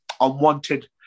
unwanted